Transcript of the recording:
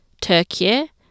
Turkey